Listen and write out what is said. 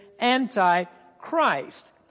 Antichrist